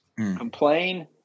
complain